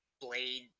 Blade